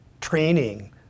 training